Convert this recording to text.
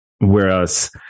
Whereas